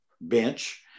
bench